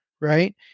right